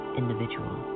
individual